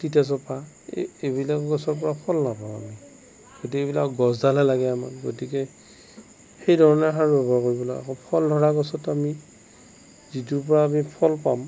তিতাচপা এই এইবিলাক গছৰ পৰা ফল নাপাওঁ আমি কিন্তু এইবিলাক গছডালহে লাগে আমাক গতিকে সেই ৰণে সাৰ ব্যৱহাৰ কৰিব লাগে আমি ফল ধৰা গছত আমি যিটোৰ পৰা আমি ফল পাম